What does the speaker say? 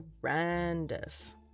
horrendous